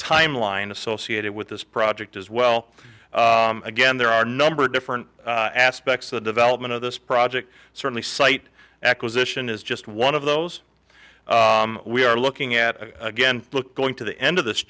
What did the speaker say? timeline associated with this project as well again there are number of different aspects the development of this project certainly site acquisition is just one of those we are looking at again look going to the end of this